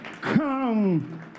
come